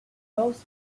both